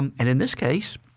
um and in this case,